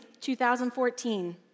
2014